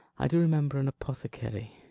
i do remember an apothecary